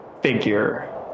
figure